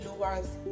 lowers